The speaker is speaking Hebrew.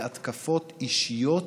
בהתקפות אישיות